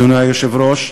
אדוני היושב-ראש,